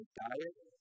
diet